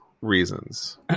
reasons